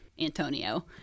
Antonio